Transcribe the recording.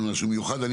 אם